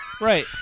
Right